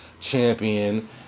champion